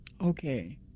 Okay